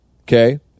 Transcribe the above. Okay